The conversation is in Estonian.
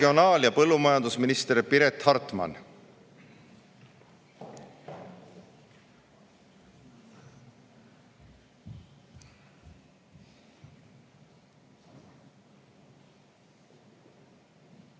põllumajandusminister Piret Hartman.